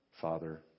Father